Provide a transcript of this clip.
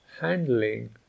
handling